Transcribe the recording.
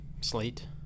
slate